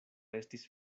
estis